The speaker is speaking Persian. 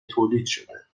تولیدشده